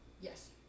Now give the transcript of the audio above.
Yes